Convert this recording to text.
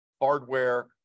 hardware